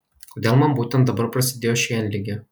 kodėl man būtent dabar prasidėjo šienligė